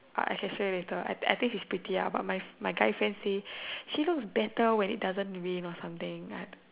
I I can show you later I think she's pretty uh but my my guy friend says she looks better than when it doesn't rain or something